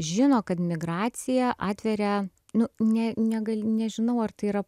žino kad migracija atveria nu ne negali nežinau ar tai yra